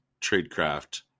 tradecraft